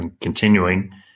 continuing